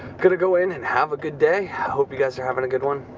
gonna go in and have a good day. hope you guys are having a good one.